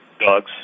dogs